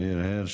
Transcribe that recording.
מר יאיר הירש,